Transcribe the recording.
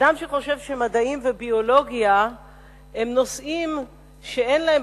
אדם שחושב שמדעים וביולוגיה הם נושאים שאין להם